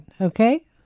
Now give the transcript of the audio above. okay